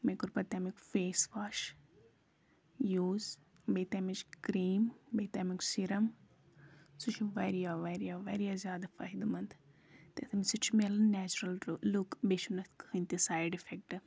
مےٚ کوٚر پَتہٕ تمیُک فیس واش یوز بیٚیہِ تمیِچ کریم بیٚیہِ تمیُک سیرم سُہ چھُ واریاہ واریاہ واریاہ زیادٕ فٲیدٕ مند تمہٕ سۭتۍ چھُ میلان نیچرل لوٚک بیٚیہِ چُھنہٕ اتھ کٕہٕنۍ تہِ سایِڈ اِفیٚکٹ